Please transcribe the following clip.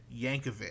Yankovic